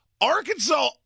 Arkansas